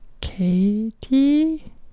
katie